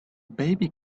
baby